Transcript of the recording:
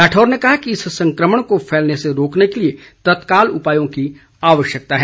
राठौर ने कहा कि इस संकमण को फैलने से रोकने को लिए तत्काल उपायों की आवश्यकता है